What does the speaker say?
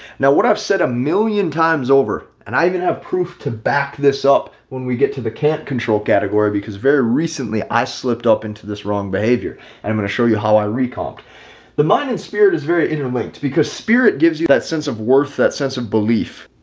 now what i've said a million times over, and i even have proof to back this up when we get to the can't control category because very recently, i slipped up into this wrong behavior. and i'm going to show you how i recall the mind and spirit is very interlinked, because spirit gives you that sense of worth that sense of belief.